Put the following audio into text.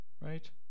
Right